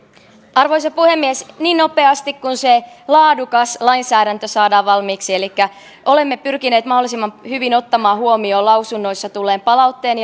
arvoisa puhemies niin nopeasti kuin se laadukas lainsäädäntö saadaan valmiiksi olemme pyrkineet mahdollisimman hyvin ottamaan huomioon lausunnoissa tulleen palautteen